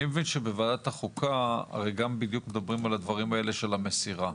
אני מבין שבוועדת החוקה מדברים על הדברים האלה של המסירה.